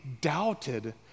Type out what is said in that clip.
doubted